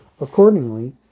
Accordingly